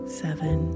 seven